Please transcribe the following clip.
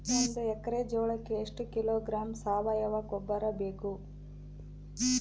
ಒಂದು ಎಕ್ಕರೆ ಜೋಳಕ್ಕೆ ಎಷ್ಟು ಕಿಲೋಗ್ರಾಂ ಸಾವಯುವ ಗೊಬ್ಬರ ಬೇಕು?